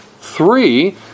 Three